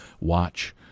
watch